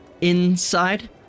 inside